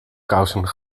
kousen